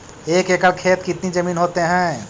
एक एकड़ खेत कितनी जमीन होते हैं?